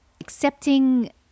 accepting